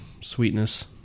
sweetness